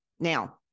Now